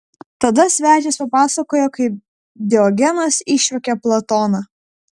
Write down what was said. tada svečias papasakojo kaip diogenas išjuokė platoną